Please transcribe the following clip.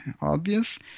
obvious